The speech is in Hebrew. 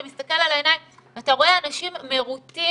אתה מסתכל על העיניים אתה רואה אנשים מרוטים